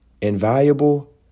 Invaluable